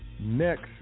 Next